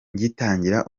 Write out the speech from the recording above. ngitangira